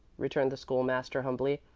returned the school-master, humbly.